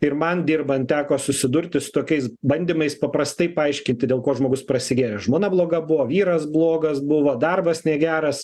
ir man dirbant teko susidurti su tokiais bandymais paprastai paaiškinti dėl ko žmogus prasigėrė žmona bloga buvo vyras blogas buvo darbas negeras